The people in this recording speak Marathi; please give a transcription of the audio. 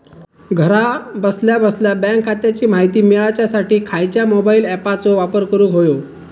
घरा बसल्या बसल्या बँक खात्याची माहिती मिळाच्यासाठी खायच्या मोबाईल ॲपाचो वापर करूक होयो?